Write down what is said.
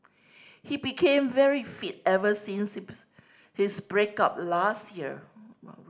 he became very fit ever since his his break up last year